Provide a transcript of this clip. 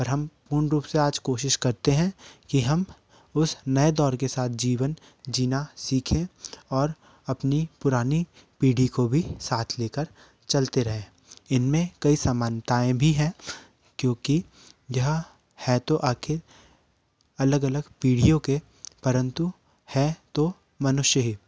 पर हम पूर्ण रूप से आज कोशिश करते हैं कि हम उस नए दौर के साथ जीवन जीना सीखे और अपनी पुरानी पीढ़ी को भी साथ लेकर कहते रहें इनमें कई समानताएं भी हैं क्योंकि यह है तो आखिर अलग अलग पीढ़ियों के परन्तु हैं तो मनुष्य ही